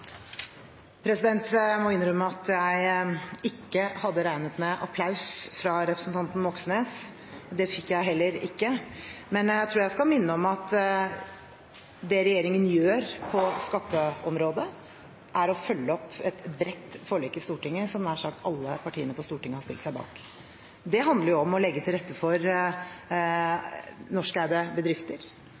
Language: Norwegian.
Jeg må innrømme at jeg ikke hadde regnet med applaus fra representanten Moxnes – det fikk jeg heller ikke. Jeg tror jeg skal minne om at det regjeringen gjør på skatteområdet, er å følge opp et bredt forlik i Stortinget som nær sagt alle partiene på Stortinget har stilt seg bak. Det handler om å legge til rette for norskeide bedrifter